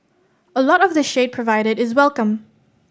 a lot of the shade provided is welcome